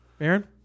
Aaron